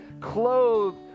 clothed